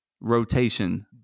rotation